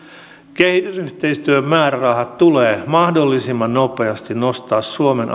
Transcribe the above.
kehitysyhteistyön määrärahat tulee mahdollisimman nopeasti nostaa suomen